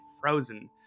Frozen